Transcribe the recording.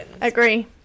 Agree